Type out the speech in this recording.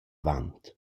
avant